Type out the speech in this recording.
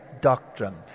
doctrine